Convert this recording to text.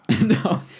No